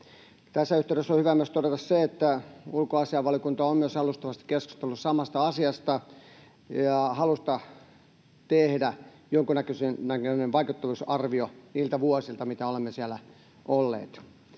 Tässä yhteydessä on hyvä myös todeta se, että ulkoasiainvaliokunta on alustavasti keskustellut samasta asiasta ja halusta tehdä jonkun näköinen vaikuttavuusarvio niiltä vuosilta, mitä olemme siellä olleet.